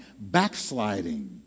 backsliding